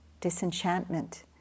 Disenchantment